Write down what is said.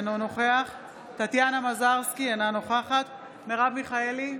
אינו נוכח טטיאנה מזרסקי, אינה נוכחת מרב מיכאלי,